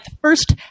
first